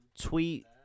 tweet